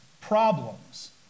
problems